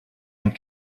and